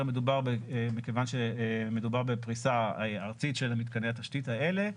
מכיוון שמדובר בפריסה ארצית של מתקני התשתית האלה,